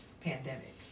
pandemic